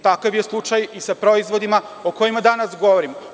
Takav je slučaj i sa proizvodima o kojima danas govorimo.